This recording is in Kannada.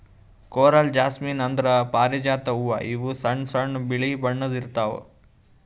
ಕೊರಲ್ ಜಾಸ್ಮಿನ್ ಅಂದ್ರ ಪಾರಿಜಾತ ಹೂವಾ ಇವು ಸಣ್ಣ್ ಸಣ್ಣು ಬಿಳಿ ಬಣ್ಣದ್ ಇರ್ತವ್